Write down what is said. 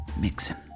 mixing